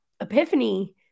Epiphany